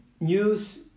news